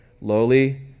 lowly